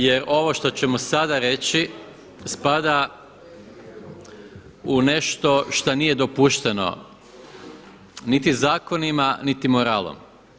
Jer ovo što ćemo sada reći spada u nešto što nije dopušteno niti zakonima niti moralom.